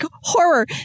horror